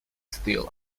still